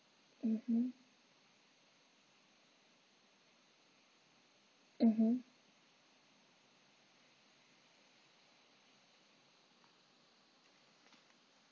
mm mm mmhmm